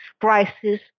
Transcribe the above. prices